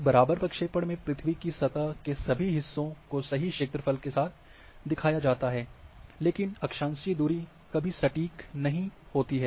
एक बराबर प्रक्षेपण में पृथ्वी की सतह के सभी हिस्सों को सही क्षेत्रफल के साथ दिखाया जाता है लेकिन अक्षांशीय दूरी कभी सटीक नहीं होती है